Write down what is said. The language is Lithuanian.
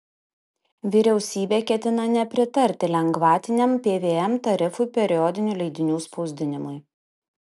vyriausybė ketina nepritarti lengvatiniam pvm tarifui periodinių leidinių spausdinimui